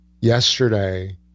yesterday